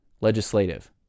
legislative